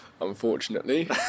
unfortunately